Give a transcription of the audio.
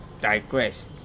digress